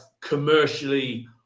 commercially